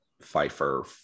Pfeiffer